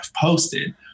posted